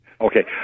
Okay